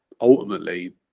ultimately